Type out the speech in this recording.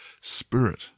spirit